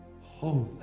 holy